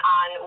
on